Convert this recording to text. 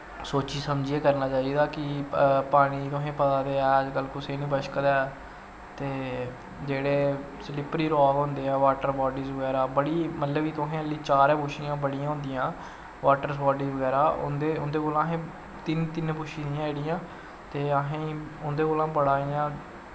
सोची समझियै करना चाही दा कि पानी तुसें पता ते है अज कल कुसे नी बशकदा ऐ ते जेह्ड़े सलिपर रॉक होंदा ऐ बॉटर बॉडीस बगैरा बड़ी मतलव कि अजैं तुसें चार गै पुचियां बड़ियां होंदियां बॉटरस बॉडी बगैरा उंदे कोला असें तिन पुच्छी दियां जेह्ड़ियां ते असें उंदे कोला बड़ा इयां